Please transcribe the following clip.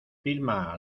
vilma